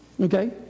Okay